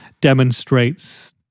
demonstrates